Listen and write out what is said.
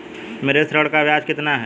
मेरे ऋण का ब्याज कितना है?